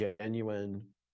genuine